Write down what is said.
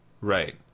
Right